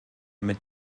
mit